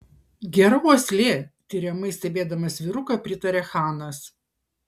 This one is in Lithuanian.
gera uoslė tiriamai stebėdamas vyruką pritarė chanas